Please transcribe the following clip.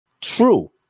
True